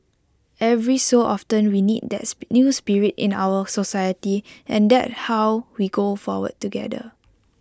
every so often we need that new spirit in our society and that how we go forward together